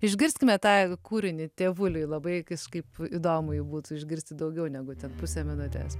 išgirskime tą kūrinį tėvuliui labai kaip įdomu jį būtų išgirsti daugiau negu ten pusę minutės